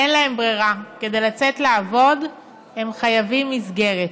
אין להם ברירה, כדי לצאת לעבוד הם חייבים מסגרת.